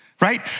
right